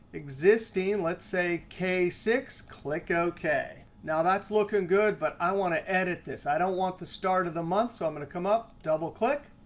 existing. let's say k six. click ok. now that's looking good, but i want to edit this. i don't want the start of the month, so i'm going to come up, double click.